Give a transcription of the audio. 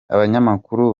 abanyamakuru